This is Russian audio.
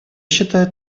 считаю